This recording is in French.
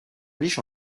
riche